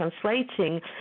translating